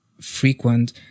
frequent